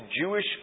Jewish